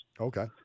Okay